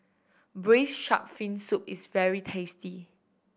Braised Shark Fin Soup is very tasty